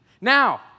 Now